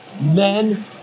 Men